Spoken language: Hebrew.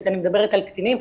אני מדברת על קטינים,